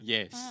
Yes